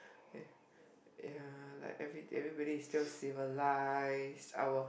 okay yeah like every everybody is still civilised our